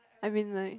I mean like